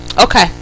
Okay